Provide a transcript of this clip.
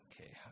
Okay